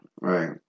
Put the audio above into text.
Right